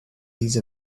these